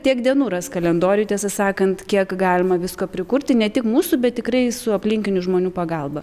tiek dienų rast kalendoriuj tiesą sakant kiek galima visko prikurti ne tik mūsų bet tikrai su aplinkinių žmonių pagalba